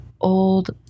old